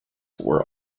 were